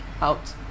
out